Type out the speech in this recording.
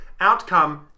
Outcome